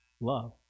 love